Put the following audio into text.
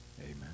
amen